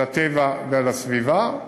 על הטבע ועל הסביבה.